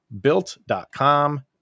built.com